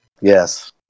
Yes